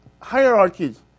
hierarchies